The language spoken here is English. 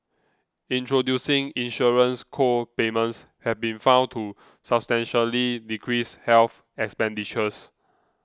introducing insurance co payments have been found to substantially decrease health expenditures